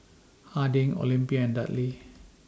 Harding Olympia and Dudley